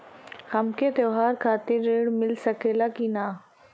हमके त्योहार खातिर त्रण मिल सकला कि ना?